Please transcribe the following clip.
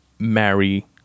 Marry